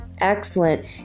excellent